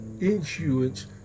INSURANCE